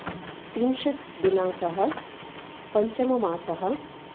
त्रिंशत् दिनांकः पञ्चममासः